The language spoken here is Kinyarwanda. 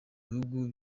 bihugu